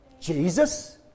Jesus